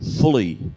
fully